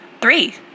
three